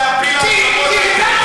אתה מסית רק,